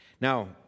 Now